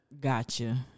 Gotcha